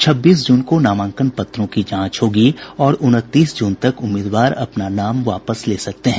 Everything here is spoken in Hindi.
छब्बीस जून को नामांकन पत्रों की जांच होगी और उनतीस जून तक उम्मीदवार अपना नाम वापस ले सकते हैं